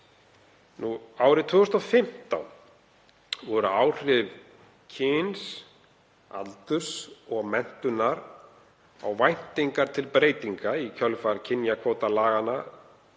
Árið 2015 voru áhrif kyns, aldurs og menntunar á væntingar til breytinga í kjölfar kynjakvótalaganna